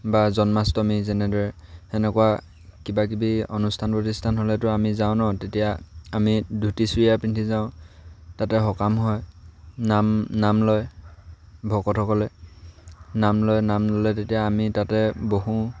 বা জন্মাষ্টমী যেনেদৰে সেনেকুৱা কিবাকিবি অনুষ্ঠান প্ৰতিষ্ঠান হ'লেতো আমি যাওঁ ন তেতিয়া আমি ধুতি চুৰিয়া পিন্ধি যাওঁ তাতে সকাম হয় নাম নাম লয় ভকতসকলে নাম লয় নাম ল'লে তেতিয়া আমি তাতে বহোঁ